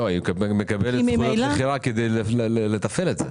היא מקבלת זכויות מכירה כדי לתפעל את זה.